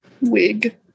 Wig